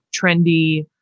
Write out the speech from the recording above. trendy